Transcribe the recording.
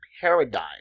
paradigm